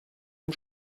ein